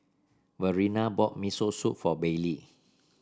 Verena bought Miso Soup for Baylie